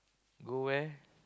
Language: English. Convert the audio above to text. go where